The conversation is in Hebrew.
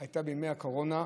הייתה בימי הקורונה,